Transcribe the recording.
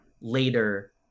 later